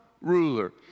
ruler